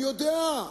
אני יודע,